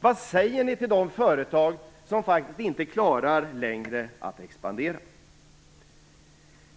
Vad säger ni till de företag som faktiskt inte längre klarar att expandera? Fru talman!